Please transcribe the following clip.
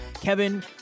Kevin